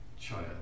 child